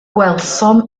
gwelsom